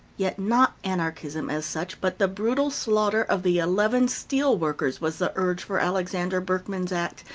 yet not anarchism, as such, but the brutal slaughter of the eleven steel workers was the urge for alexander berkman's act,